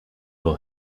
will